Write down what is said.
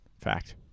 Fact